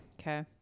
Okay